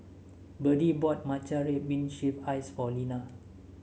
Berdie bought Matcha Red Bean Shaved Ice for Lina